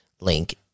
link